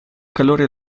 calore